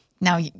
Now